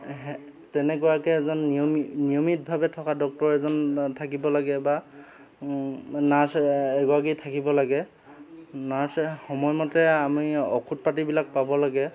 তেনেকুৱাকৈ এজন নিয়মি নিয়মিতভাৱে থকা ডক্টৰ এজন থাকিব লাগে বা নাৰ্ছ এগৰাকী থাকিব লাগে নাৰ্ছে সময়মতে আমি ঔষধ পাতিবিলাক পাব লাগে